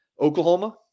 Oklahoma